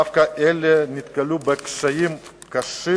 דווקא אצל אלה נתקלנו במקרים קשים,